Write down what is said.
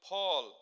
Paul